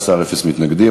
13 בעד, אין מתנגדים.